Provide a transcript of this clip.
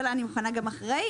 אבל אני מוכנה גם אחרי,